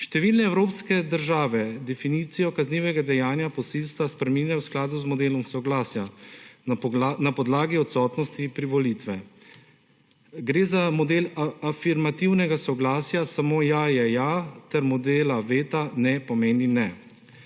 Številne evropske države definicijo kaznivega dejanja posilstva spreminjajo v skladu z modelom soglasja na podlagi odsotnosti privolitve. Gre za model afirmativnega soglasja samo ja je ja ter modela veta ne pomeni ne.